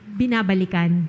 binabalikan